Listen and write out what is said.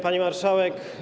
Pani Marszałek!